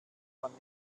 man